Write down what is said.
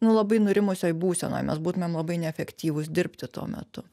nu labai nurimusioj būsenoj mes būtumėm labai neefektyvūs dirbti tuo metu